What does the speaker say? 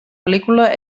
pel·lícula